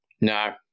No